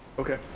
okay,